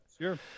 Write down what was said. Sure